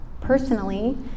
personally